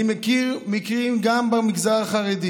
אני מכיר מקרים, גם במגזר החרדי